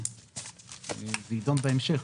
זה יידון בהמשך.